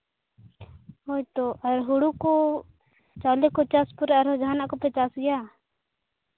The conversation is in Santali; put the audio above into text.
ᱦᱳᱭᱛᱳ ᱟᱨ ᱦᱩᱲᱩ ᱠᱚ ᱪᱟᱣᱞᱮ ᱠᱚ ᱪᱟᱥ ᱠᱟᱛᱮᱫ ᱟᱨᱦᱚᱸ ᱡᱟᱦᱟᱱᱟᱜ ᱠᱚᱯᱮ ᱪᱟᱥ ᱜᱮᱭᱟ